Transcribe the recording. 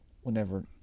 whenever